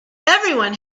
everyone